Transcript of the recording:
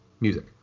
music